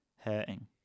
hurting